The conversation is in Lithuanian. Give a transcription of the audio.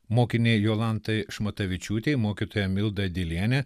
mokinei jolantai šmatavičiūtei mokytoja milda dilienė